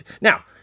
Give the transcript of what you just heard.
Now